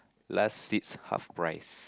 last seats half price